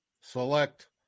select